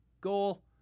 goal